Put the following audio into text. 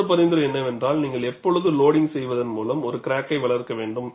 மற்றொரு பரிந்துரை என்னவென்றால் நீங்கள் எப்போதும் லோடிங்க் செய்வதன் மூலம் ஒரு கிராக்கை வளர்க்க வேண்டும்